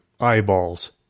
eyeballs